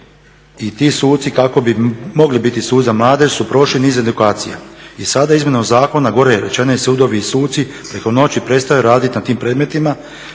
i ti suci kako bi mogli biti suci za mladež su prošli niz edukacija. I sada izmjenom zakona gore rečeno je sudovi i suci preko noći prestaju raditi na tim predmetima